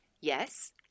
Yes